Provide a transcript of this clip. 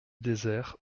désert